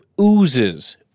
oozes